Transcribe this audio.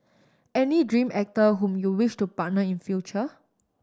any dream actor whom you wish to partner in future